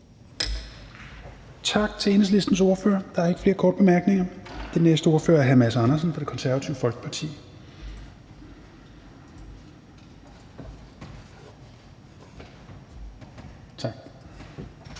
Tak til Enhedslistens ordfører. Der er ikke flere korte bemærkninger. Den næste ordfører er hr. Mads Andersen fra Det Konservative Folkeparti.